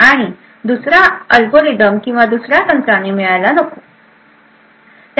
आणि दुसऱ्या अल्गोरिदम किंवा दुसऱ्या तंत्राने मिळाला नकोत